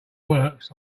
works